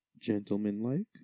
gentlemanlike